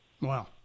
Wow